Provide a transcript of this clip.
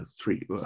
three